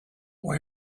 why